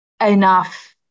enough